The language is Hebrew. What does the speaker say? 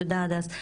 תודה, הדס.